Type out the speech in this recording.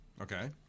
Okay